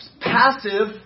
passive